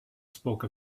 spoke